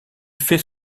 fait